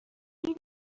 این